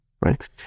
right